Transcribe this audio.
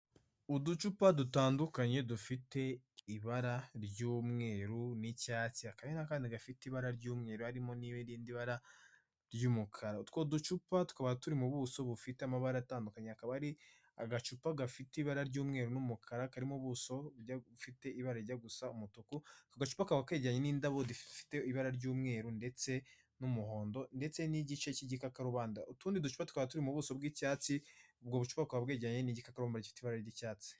Uducupa dutandukanye dufite ibara ry'umwerun'icyatsi hakaba hari n'akandi gafite ibara ry'umweru harimo' irindi barara ry'umukara, utwo ducupa tukaba turimo ubuso bufite amabara atandukanye akaba ari agacupa gafite ibara ry'umweru n'umukara karimo ubuso bufite ibara rijya gusa umutuku, ako gacupa kakaba kegeranye n'indabo rifite ibara ry'umweru ndetse n'umuhondo ndetse n'igice cy'igikarubanda utundi du twaba turi mu buso bw'icyatsi ubwo bucupa bukaba bwegeranye n'igikakarubamba gifite ibara ry'icyatsi.